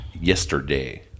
yesterday